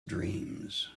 dreams